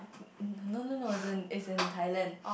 no no no it's in it's in Thailand